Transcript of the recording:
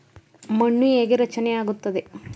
ಮಣ್ಣು ಹೇಗೆ ರಚನೆ ಆಗುತ್ತದೆ?